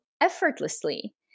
effortlessly